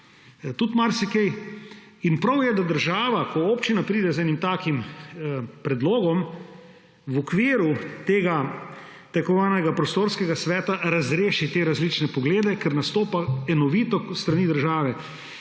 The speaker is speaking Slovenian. tudi marsikaj. Prav je, da država, ko občina pride z enim takim predlogom, v okviru tako imenovanega prostorskega sveta razreši te različne poglede, ker nastopa enovito s strani države.